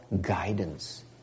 guidance